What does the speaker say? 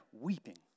weeping